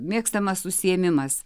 mėgstamas užsiėmimas